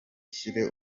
ushyire